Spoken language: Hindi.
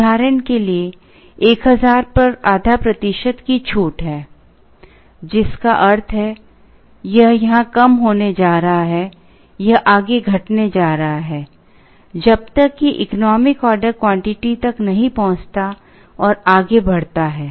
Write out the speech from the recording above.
उदाहरण के लिए 1000 पर आधा प्रतिशत की छूट है जिसका अर्थ है यह यहां कम होने जा रहा है यह आगे घटने जा रहा है जब तक कि इकोनॉमिक ऑर्डर क्वांटिटी तक नहीं पहुंचता और आगे बढ़ता है